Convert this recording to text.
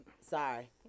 Sorry